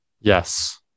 Yes